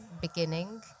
beginning